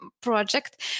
project